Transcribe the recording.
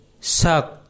sak